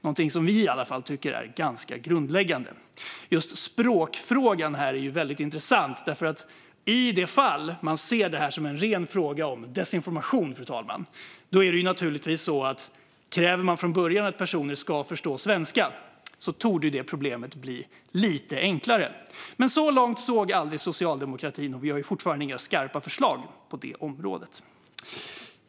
Det är något vi i alla fall tycker är ganska grundläggande. Just språkfrågan är väldigt intressant, för i de fall man ser detta som en ren fråga om desinformation är det givetvis så att om man redan från början kräver att personer ska förstå svenska torde detta problem bli lite mindre. Men så långt såg aldrig socialdemokratin, och vi har fortfarande inga skarpa förslag på detta område.